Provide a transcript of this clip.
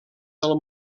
del